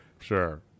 sure